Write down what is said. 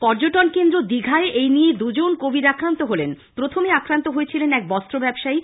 পর্যটন কেন্দ্র দীঘায় এই নিয়ে দুজন কোভিড আক্রান্ত হলেন প্রথমে আক্রান্ত হন এক বস্ত্র ব্যবসায়ী